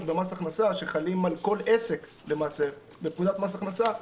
במס הכנסה שחלים על כל עסק בפקודת מס הכנסה,